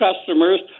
customers